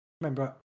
remember